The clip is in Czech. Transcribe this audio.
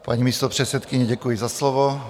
Paní místopředsedkyně, děkuji za slovo.